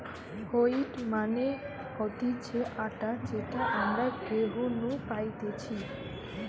wheat মানে হতিছে আটা যেটা আমরা গেহু নু পাইতেছে